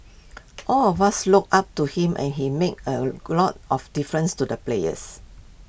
all of us looked up to him and he made A lot of difference to the players